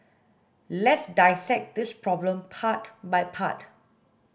let's dissect this problem part by part